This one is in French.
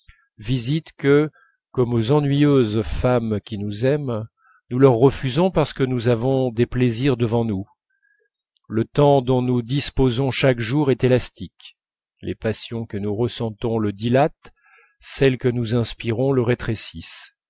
visite que comme aux ennuyeuses femmes qui nous aiment nous leur refusons parce que nous avons des plaisirs devant nous le temps dont nous disposons chaque jour est élastique les passions que nous ressentons le dilatent celles que nous inspirons le rétrécissent